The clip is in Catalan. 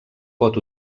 pot